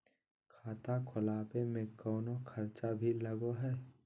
खाता खोलावे में कौनो खर्चा भी लगो है?